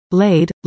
laid